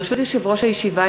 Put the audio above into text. ברשות יושב-ראש הישיבה,